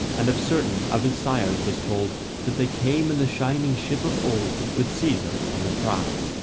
and of certain of his sires was told that they came in the shining ship of old, with caesar in the prow.